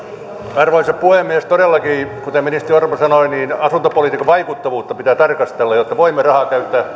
arvoisa puhemies todellakin kuten ministeri orpo sanoi asuntopolitiikan vaikuttavuutta pitää tarkastella jotta voimme rahaa käyttää